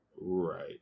right